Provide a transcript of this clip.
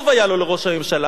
טוב היה לו לראש הממשלה,